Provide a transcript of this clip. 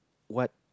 what